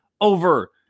over